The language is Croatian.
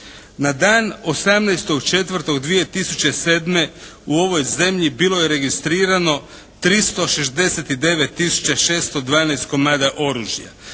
Na dan 18.4.2007. u ovoj zemlji bilo je registrirano 369612 komada oružja.